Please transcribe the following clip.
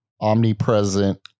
omnipresent